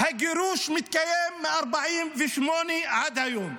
הגירוש מתקיים מ-48' עד היום.